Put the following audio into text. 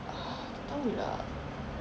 ah tak tahu pula